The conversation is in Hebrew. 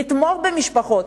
לתמוך במשפחות,